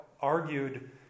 argued